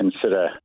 consider